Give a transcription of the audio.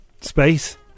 space